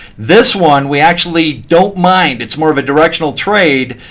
this one, we actually don't mind. it's more of a directional trade.